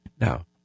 Now